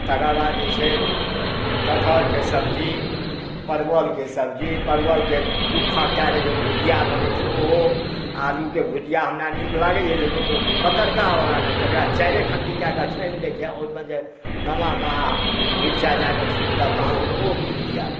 तकर बाद जे छै कठहरके सब्जी परवलके सब्जी परवलके दू फाँक कऽ कए जे भुजिया बनै छै ओ आलूके भुजिया हमरा नीक लागैया लेकिन ओ पतरका बला नहि जकरा चारिये खण्डी कऽ कए छानि दए छै ओहिमे जे नमक मरचाइ दए कए छीटिकए तहन ओ भुजिया